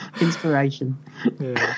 Inspiration